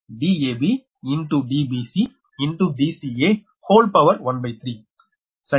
𝐷𝑒q Dab Dbc Dca 13 சரி